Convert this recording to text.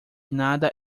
nada